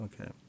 Okay